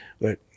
but-